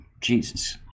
jesus